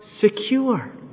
secure